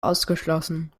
ausgeschlossen